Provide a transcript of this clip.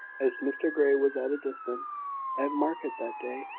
as mr grey was at a distance at market that day.